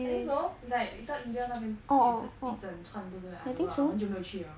I think so it's like little india 那边也是一阵窜不是 meh ah I don't know 我很久没有去 liao